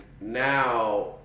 now